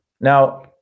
Now